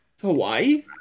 Hawaii